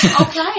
Okay